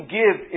give